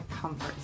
comfort